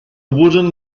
wooden